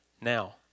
now